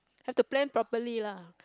have to plan properly lah